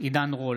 עידן רול,